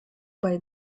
bei